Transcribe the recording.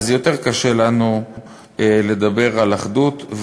אז יותר קשה לנו לדבר על אחדות,